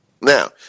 Now